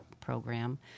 program